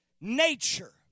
nature